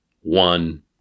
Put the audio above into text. one